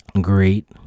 great